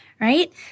right